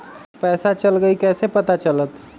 पैसा चल गयी कैसे पता चलत?